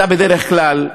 אתה בדרך כלל,